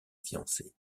fiancé